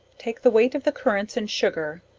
take the weight of the currants in sugar,